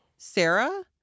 Sarah